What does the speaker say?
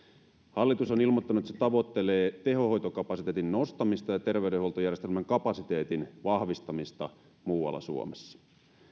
hallitus on ilmoittanut että se tavoittelee tehohoitokapasiteetin nostamista ja terveydenhuoltojärjestelmän kapasiteetin vahvistamista muualla suomessa